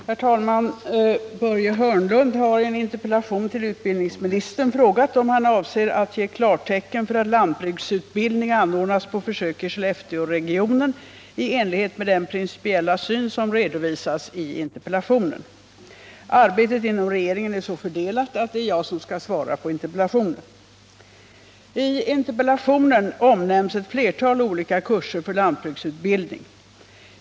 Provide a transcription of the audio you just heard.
Herr talman! Börje Hörnlund har i en interpellation till utbildningsministern frågat om han avser att ge klartecken för att lantbruksutbildning anordnas på försök i Skellefteåregionen i enlighet med den principiella syn som redovisas i interpellationen. Arbetet inom regeringen är så fördelat att det är jag som skall svara på interpellationen. I interpellationen omnämns ett flertal olika kurser för lantbruksutbildning.